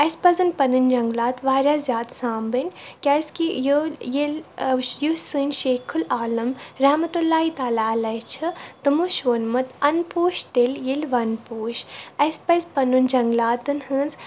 اَسہِ پَزَن پَنٕنۍ جنٛگلات واریاہ زیادٕ سامبٕنۍ کیٛازِکہِ یہِ ییٚلہِ یُس سٲنۍ شیخ العالم رحمتُ اللہِ تعالیٰ چھِ تٕمو چھُ ووٚنمُت اَن پوش تیٚلہِ ییٚلہِ وَن پوش اَسہِ پَزِ پَنُن جنٛگلاتَن ہٕنٛز